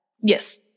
Yes